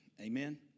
amen